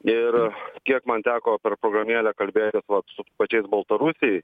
ir kiek man teko per programėlę kalbėti su pačiais baltarusiais